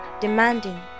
demanding